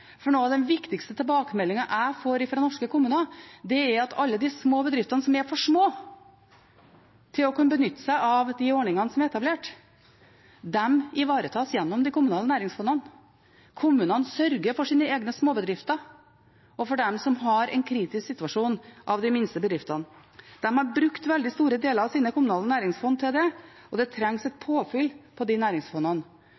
For noen av de viktigste tilbakemeldingene jeg får fra norske kommuner, er at alle de små bedriftene, som er for små til å kunne benytte seg av de ordningene som er etablert, ivaretas gjennom de kommunale næringsfondene – kommunene sørger for sine egne småbedrifter og for de minste bedriftene som har en kritisk situasjon. De har brukt veldig store deler av sine kommunale næringsfond til det, og det trengs et